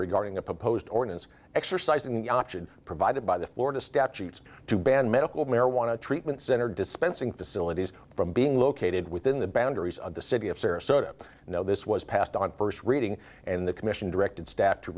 regarding a proposed ordinance exercising the option provided by the florida statutes to ban medical marijuana treatment center dispensing facilities from being located within the boundaries of the city of sarasota no this was passed on first reading and the commission directed staff to